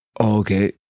okay